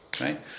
right